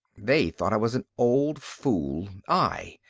they thought i was an old fool i,